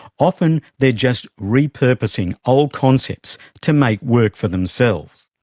often they're just repurposing old concepts to make work for themselves.